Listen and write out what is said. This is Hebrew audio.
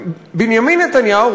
בנימין נתניהו,